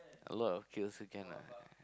a lot of kids also can lah